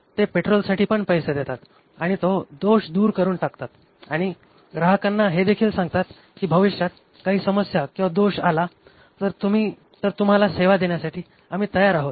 ते पेट्रोलसाठी पण पैसे देतात आणि तो दोष दूर करून टाकतात आणि ग्राहकांना हे देखील सांगतात कि भविष्यात काही समस्या किंवा दोष आला तर तुम्हाला सेवा देण्यासाठी आम्ही तयार आहोत